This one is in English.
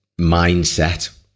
mindset